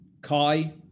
kai